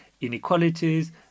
inequalities